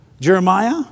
Jeremiah